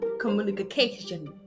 communication